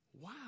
Wow